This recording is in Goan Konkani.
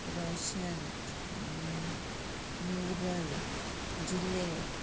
Rochelle Muriel Juliet